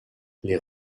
les